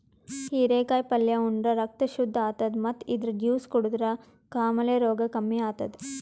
ಹಿರೇಕಾಯಿ ಪಲ್ಯ ಉಂಡ್ರ ರಕ್ತ್ ಶುದ್ದ್ ಆತದ್ ಮತ್ತ್ ಇದ್ರ್ ಜ್ಯೂಸ್ ಕುಡದ್ರ್ ಕಾಮಾಲೆ ರೋಗ್ ಕಮ್ಮಿ ಆತದ್